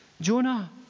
Jonah